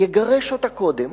יגרש אותה קודם,